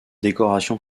décoration